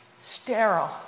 sterile